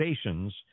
stations